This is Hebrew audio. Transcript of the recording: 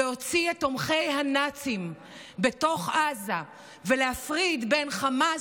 להוציא את תומכי הנאצים בתוך עזה ולהפריד בין החמאס